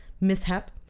mishap